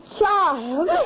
child